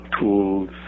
tools